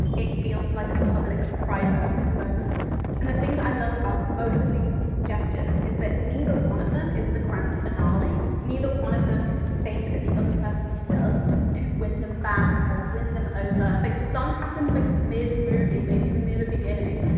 it feels like a public private moment. and the thing that i love about both of these gestures is that neither one of them is the grand finale. neither one of them is the thing that the other person does to win them back or win them over. like the song happens like mid movie, maybe even near the beginning.